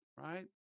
Right